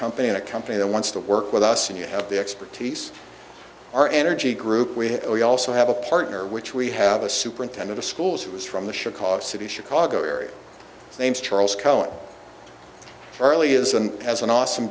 company a company that wants to work with us and you have the expertise our energy group we have we also have a partner which we have a superintendent of schools who is from the chicago city chicago area named charles cullen early is and has an awesome